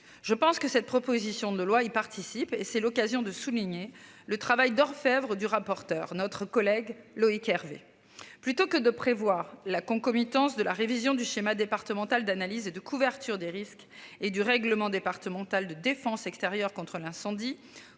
Je pense que cette proposition de loi et participe, et c'est l'occasion de souligner le travail d'orfèvre du rapporteur notre collègue Loïc Hervé, plutôt que de prévoir la concomitance de la révision du schéma départemental d'analyse et de couverture des risques et du règlement départemental de défense extérieure contre l'incendie,